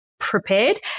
prepared